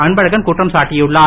அன்பழகன் குற்றம் சாட்டியுள்ளார்